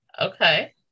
Okay